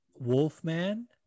Wolfman